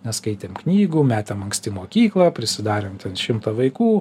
neskaitėm knygų metėm anksti mokyklą prisidarėm ten šimtą vaikų